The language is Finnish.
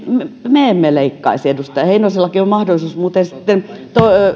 me emme leikkaisi edustaja heinosellakin on mahdollisuus muuten sitten